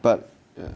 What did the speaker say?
but ya